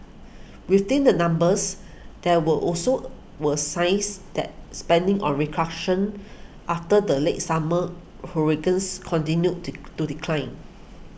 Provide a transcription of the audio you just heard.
within the numbers there were also were signs that spending on after the late summer hurricanes continued to do decline